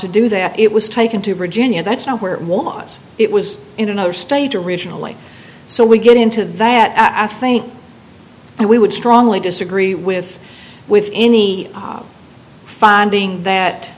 to do that it was taken to virginia that's now where it was it was in another state originally so we get into that i think and we would strongly disagree with with any finding